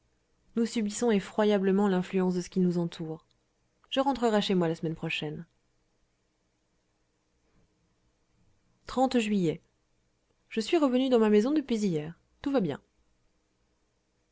nous subissons effroyablement l'influence de ce qui nous entoure je rentrerai chez moi la semaine prochaine juillet je suis revenu dans ma maison depuis hier tout va bien